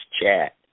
Chat